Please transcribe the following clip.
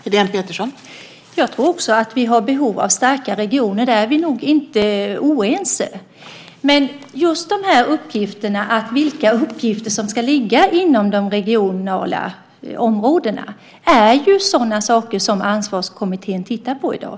Fru talman! Jag tror också att vi har behov av starka regioner. Det är vi nog inte oense om. Vilka uppgifter som ska ligga inom de regionala områdena är ju sådant som Ansvarskommittén tittar på i dag.